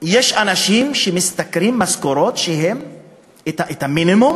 יש אנשים שמשתכרים משכורות שהן המינימום,